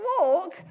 walk